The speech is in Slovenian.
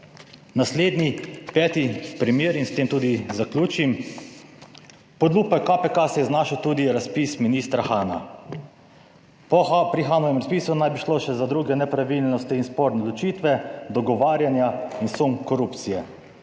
Naslednji, peti primer in s tem tudi zaključim. Pod lupo KPK se je znašel tudi razpis ministra Hana. Pri Hanovem razpisu naj bi šlo še za druge nepravilnosti in sporne odločitve, dogovarjanja in sum korupcije.